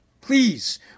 Please